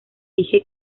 dije